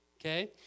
okay